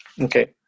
Okay